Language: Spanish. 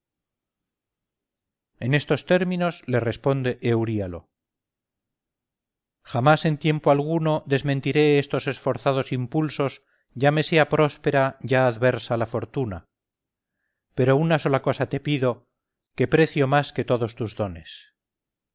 en estos términos le responde euríalo jamás en tiempo alguno desmentiré estos esforzados impulsos ya me sea próspera ya adversa la fortuna pero una sola cosa te pido que precio más que todos tus dones